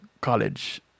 college